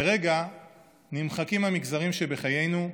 לרגע נמחקים המגזרים שבחיינו,